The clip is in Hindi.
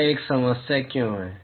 वह एक समस्या क्यों है